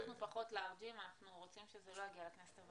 אנחנו רוצים שזה לא יגיע לכנסת,